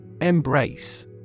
Embrace